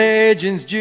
Legends